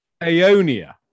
Aonia